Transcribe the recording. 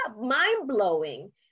mind-blowing